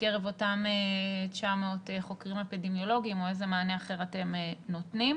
מקרב אותם 900 חוקרים אפידמיולוגים או איזה מענה אחר אתם נותנים.